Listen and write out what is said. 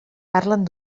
parlen